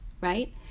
right